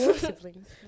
Siblings